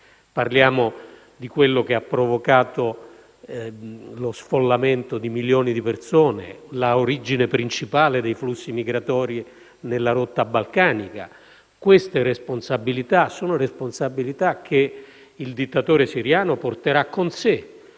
Parliamo di quello che ha provocato lo sfollamento di milioni di persone, l'origine principale dei flussi migratori nella rotta balcanica. Queste sono responsabilità che il dittatore siriano porterà con sé.